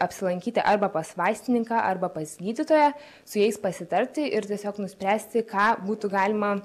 apsilankyti arba pas vaistininką arba pas gydytoją su jais pasitarti ir tiesiog nuspręsti ką būtų galima